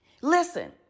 Listen